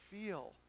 feel